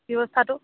ব্যৱস্থাটো